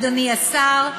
אדוני השר,